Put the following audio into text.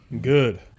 Good